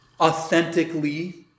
authentically